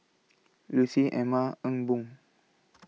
Lucy Emma Ee Boon